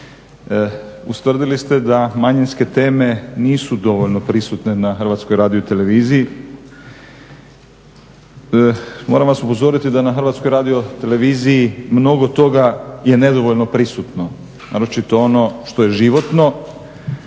Ustvrdili ste da manjinske teme nisu dovoljno prisutne na HRT-u, moram vas upozoriti da na HRT-u mnogo toga je nedovoljno prisutno naročito ono što je životno